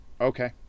Okay